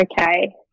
okay